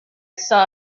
saw